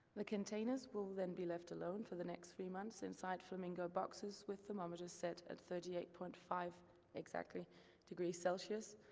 the containers will then be left alone for the next three months inside flamingo boxes with thermometers set at thirty eight point five exactly degrees celsius,